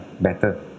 better